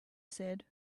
said